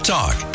Talk